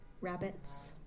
rabbits